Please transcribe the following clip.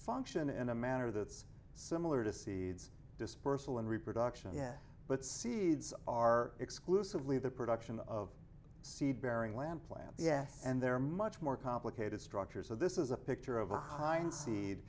function in a manner that's similar to seeds dispersal and reproduction but seeds are exclusively the production of seed bearing lamb plant yes and they're much more complicated structures so this is a picture of a hind seed